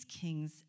kings